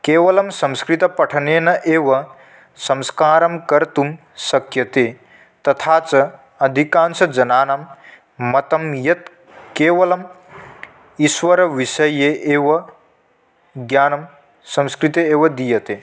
केवलं संस्कृतपठनेन एव संस्कारं कर्तुं शक्यते तथा च अधिकांशजनानां मतं यत् केवलं ईश्वरविषये एव ज्ञानं संस्कृते एव दीयते